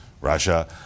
russia